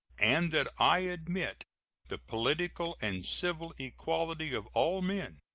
and that i admit the political and civil equality of all men.